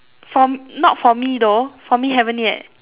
for not for me though for me haven't yet